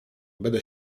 będę